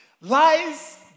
Lies